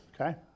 Okay